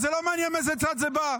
וזה לא מעניין מאיזה צד זה בא.